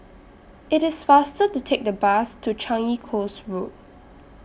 IT IS faster to Take The Bus to Changi Coast Road